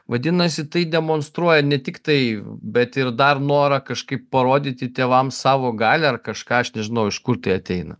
vadinasi tai demonstruoja ne tik tai bet ir dar norą kažkaip parodyti tėvams savo galią ar kažką aš nežinau iš kur tai ateina